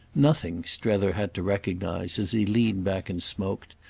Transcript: nothing, strether had to recognise as he leaned back and smoked,